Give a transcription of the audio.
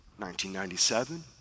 1997